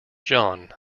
john